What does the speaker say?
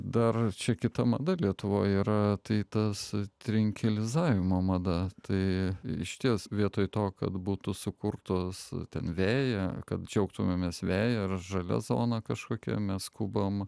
dar čia kita mada lietuvoj yra tai tas trinkelizavimo mada tai išties vietoj to kad būtų sukurtos ten vėją kad džiaugtumėmės veja ar žalia zona kažkokia mes skubam